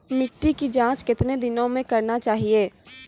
मिट्टी की जाँच कितने दिनों मे करना चाहिए?